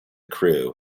crew